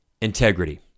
Integrity